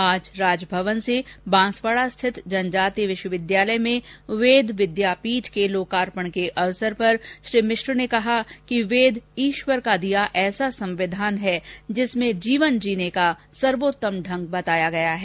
आज राजभवन से बांसवाडा स्थित जनजातीय विश्वविद्यालय में वेद विद्यापीठ के लोकार्पण के अवसर पर श्री मिश्र ने कहा कि वेद ईश्वर का दिया ऐसा संविधान है जिसमें जीवन जीने का सर्वोत्तम ढंग बताया गया है